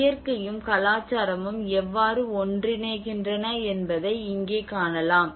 இயற்கையும் கலாச்சாரமும் எவ்வாறு ஒன்றிணைகின்றன என்பதை இங்கே காணலாம்